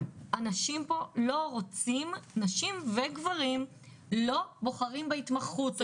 נשים וגברים לא בוחרים בהתמחות הזו.